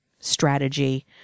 strategy